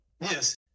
Yes